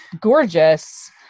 gorgeous